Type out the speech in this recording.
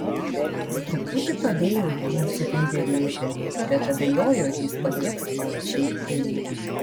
truputį padėjau jam atsigaivelėti bet abejoju ar jis pajėgs sparčiai ei